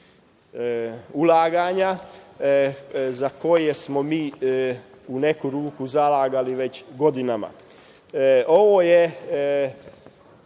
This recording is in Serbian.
ulaganja za koje smo se mi, u neku ruku, zalagali već godinama. U ovom